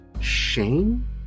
shame